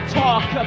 talk